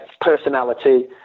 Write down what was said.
personality